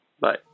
Bye